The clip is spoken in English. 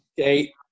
okay